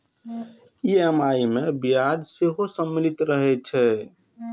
EMI मे ब्याज सेहो सम्मिलित रहै छै